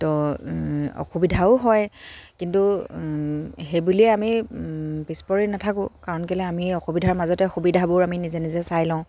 ত' অসুবিধাও হয় কিন্তু সেইবুলিয়ে আমি পিছ পৰি নাথাকোঁ কাৰণ কেলৈ আমি অসুবিধাৰ মাজতে সুবিধাবোৰ আমি নিজে নিজে চাই লওঁ